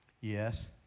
Yes